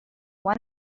one